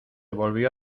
volvió